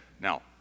Now